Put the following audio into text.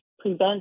prevent